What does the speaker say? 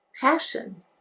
passion